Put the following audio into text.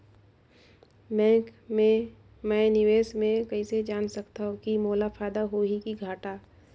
Bank मे मैं निवेश मे कइसे जान सकथव कि मोला फायदा होही कि घाटा?